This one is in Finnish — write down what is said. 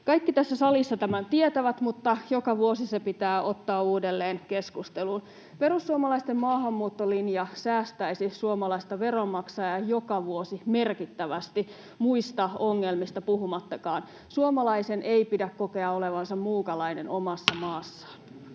Kaikki tässä salissa tämän tietävät, mutta joka vuosi se pitää ottaa uudelleen keskusteluun. Perussuomalaisten maahanmuuttolinja säästäisi suomalaista veronmaksajaa joka vuosi merkittävästi, muista ongelmista puhumattakaan. Suomalaisen ei pidä kokea olevansa muukalainen [Puhemies